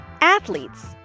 athletes